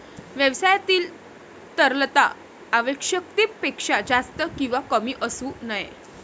व्यवसायातील तरलता आवश्यकतेपेक्षा जास्त किंवा कमी असू नये